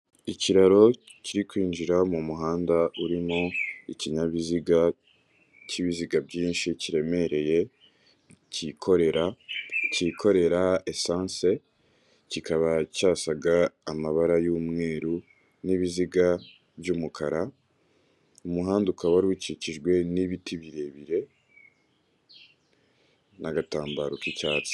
Ikiraro kiri kwinjira mu muhanda urimo ikinyabiziga cy'ibiziga byinshi kiremereye cyikorera cyikorera esanse kikaba cyasaga amabara y'umweru n'ibiziga by'umukara, umuhanda ukaba wari ukikijwe n'ibiti birebire n'agatambaro k'icyatsi.